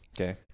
Okay